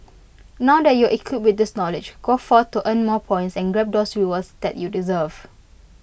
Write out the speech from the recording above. now that you're equipped with this knowledge go forth to earn more points and grab those rewards that you deserve